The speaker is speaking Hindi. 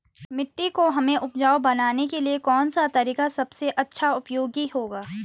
मिट्टी को हमें उपजाऊ बनाने के लिए कौन सा तरीका सबसे अच्छा उपयोगी होगा?